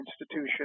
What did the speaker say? institution